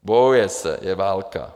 Bojuje se, je válka.